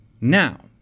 now